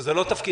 שזה לא תפקידם,